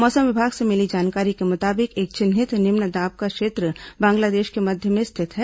मौसम विभाग से मिली जानकारी के मुताबिक एक चिन्हित निम्न दाब का क्षेत्र बांग्लादेश के मध्य में स्थित है